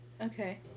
Okay